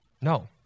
No